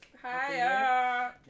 Hi